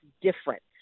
different